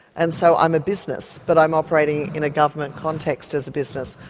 and so i'm a business, but i'm operating in a government context as a business.